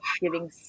giving